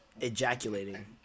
ejaculating